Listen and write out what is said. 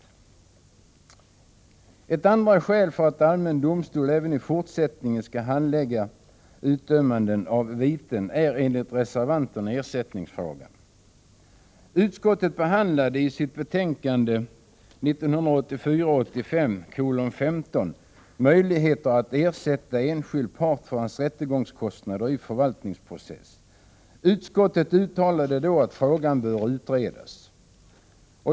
För det andra: Ett ytterligare skäl för att allmän domstol även i fortsättningen skall handlägga utdömanden av viten är enligt reservanterna ersättningsfrågan. Justitieutskottet behandlade i sitt betänkande 1984/85:15 möjligheter att ersätta enskild part för hans rättegångskostnader i förvaltningsprocess. Utskottet uttalade då att frågan bör utredas.